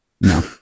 No